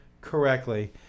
correctly